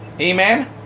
Amen